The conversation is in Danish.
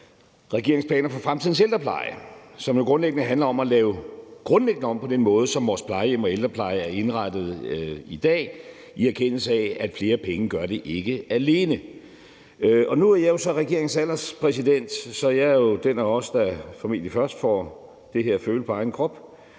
regeringens planer for fremtidens ældrepleje, som jo grundlæggende handler om at lave grundlæggende om på den måde, som vores plejehjem og ældrepleje er indrettet i dag, i erkendelse af, at flere penge ikke gør det alene. Nu er jeg jo så regeringens alderspræsident, så jeg er jo den af os, der formentlig først får det her at føle på egen krop.